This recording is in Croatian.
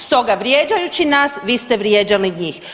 Stoga vrijeđajući nas vi ste vrijeđali njih.